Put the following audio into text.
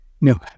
No